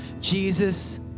Jesus